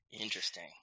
interesting